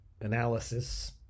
analysis